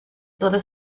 toda